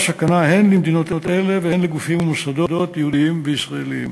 סכנה הן למדינות אלה והן לגופים ולמוסדות יהודיים וישראליים.